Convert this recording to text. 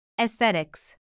Aesthetics